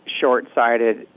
short-sighted